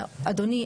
אדוני,